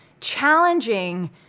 challenging